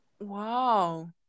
wow